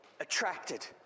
attracted